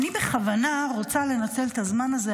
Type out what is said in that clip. אני בכוונה רוצה לנצל את הזמן הזה,